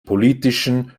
politischen